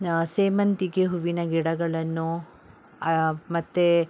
ಸೇವಂತಿಗೆ ಹೂವಿನ ಗಿಡಗಳನ್ನು ಮತ್ತು